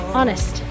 honest